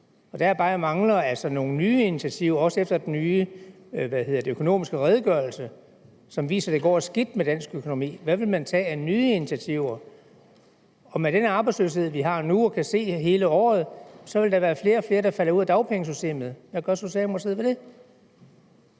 Der er det bare at jeg mangler nogle nye initiativer, også efter at den nye økonomiske redegørelse, som viser, at det går skidt med dansk økonomi, er kommet. Hvad vil man tage af nye initiativer? Med den arbejdsløshed, vi har nu og kan se for hele året, vil der være flere og flere, der falder ud af dagpengesystemet. Hvad gør Socialdemokratiet ved det?